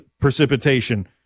precipitation